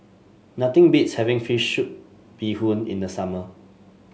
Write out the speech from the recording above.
nothing beats having fish soup Bee Hoon in the summer